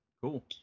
cool